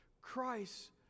Christ